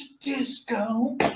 Disco